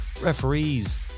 Referees